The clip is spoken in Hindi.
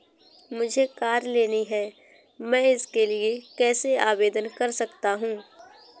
मुझे कार लेनी है मैं इसके लिए कैसे आवेदन कर सकता हूँ?